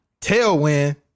tailwind